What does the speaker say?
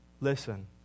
Listen